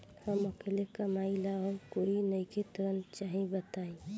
हम अकेले कमाई ला और कोई नइखे ऋण चाही बताई?